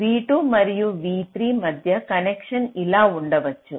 V2 మరియు v3 మధ్య connection ఇలా ఉండవచ్చు